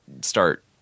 start